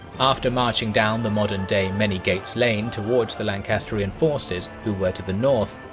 after marching down the modern day manygates lane towards the lancastrian forces, who were to the north,